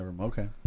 Okay